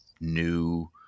new